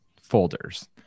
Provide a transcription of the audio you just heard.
folders